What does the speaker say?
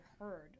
heard